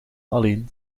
alleen